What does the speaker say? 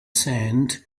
sand